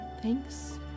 Thanks